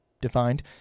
defined